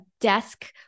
desk